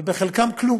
וחלקם כלום,